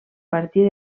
partir